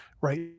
Right